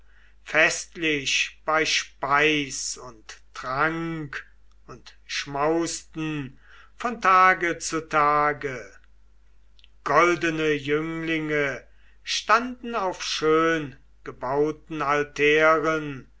festlich bei speis und trank und schmausten von tage zu tage goldene jünglinge standen auf schöngebauten altären